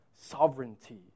sovereignty